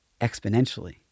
exponentially